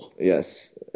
Yes